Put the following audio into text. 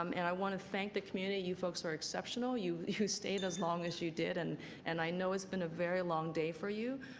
um and i want to thank the community. you folks are exceptional. you stayed as long as you did. and and i know it has been a very long day for you.